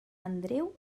andreu